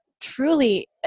truly